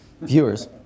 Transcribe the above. viewers